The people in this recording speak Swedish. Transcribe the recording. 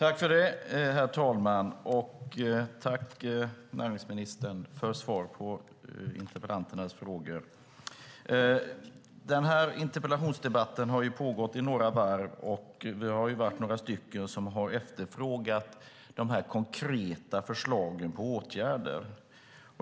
Herr talman! Tack, näringsministern, för svaret på interpellanternas frågor! Den här interpellationsdebatten har ju pågått i några varv, och vi har varit några stycken som har efterfrågat konkreta förslag på åtgärder.